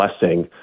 blessing